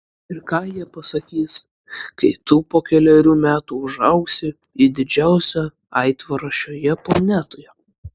ir ką jie pasakys kai tu po kelerių metų užaugsi į didžiausią aitvarą šioje planetoje